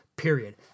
Period